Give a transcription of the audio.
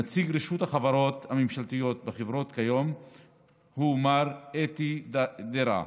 נציג רשות החברות הממשלתיות כיום הוא מר דרעה.